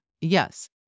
Yes